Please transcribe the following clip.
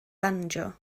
banjo